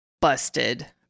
Busted